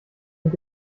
mit